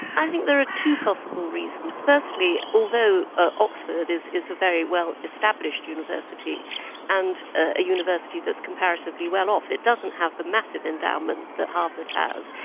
i think there are two possible reasons. firstly, although ah oxford is is a very well established university and a university that is comparatively well off, it doesn't have the massive endowment that harvard has,